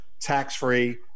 tax-free